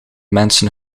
mensen